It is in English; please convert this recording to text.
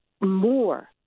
more